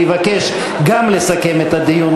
ויבקש גם לסכם את הדיון,